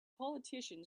politician